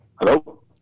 Hello